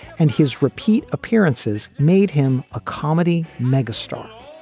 and his repeat appearances made him a comedy megastar.